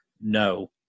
no